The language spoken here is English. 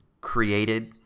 created